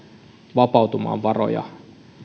vapautumaan varoja